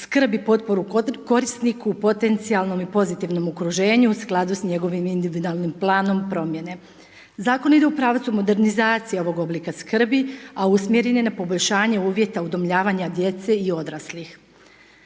skrb i potporu korisniku potencijalnom, pozitivnom okruženju u skladu s njegovim individualnim planom promjene. Zakon ide u pravcu modernizacije ovog oblika skrbi a usmjeren je na poboljšanje uvjeta udomljavanja djece i odraslih.